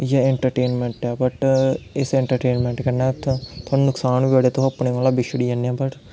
इ'यै इंट्रटेनमैंट ऐ बट इस इंट्रटेनमैंट कन्नै तुआनू नुकसान तुस अपने कोला दा बिशड़ी जन्ने बट